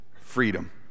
Freedom